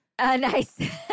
Nice